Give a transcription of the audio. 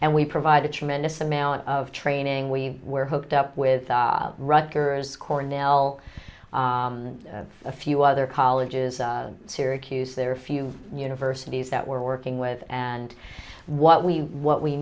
and we provide a tremendous amount of training we were hooked up with rutgers cornell a few other colleges syracuse there a few universities that we're working with and what we what we